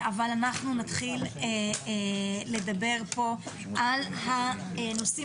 אבל אנחנו נתחיל לדבר פה על הנושאים